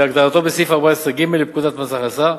כהגדרתו בסעיף 14(ג) לפקודת מס הכנסה,